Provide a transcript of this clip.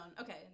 Okay